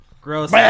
Gross